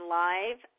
live